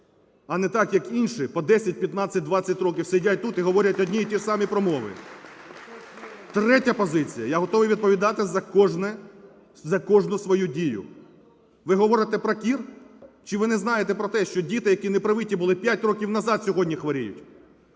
а не так, як інші по 10, 15, 20 років сидять тут і говорять одні і ті ж самі промови. Третя позиція. Я готовий відповідати за кожну свою дію. Ви говорите про кір, чи ви не знаєте про те, що діти, які не привиті були 5 років назад, сьогодні хворіють.